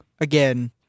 again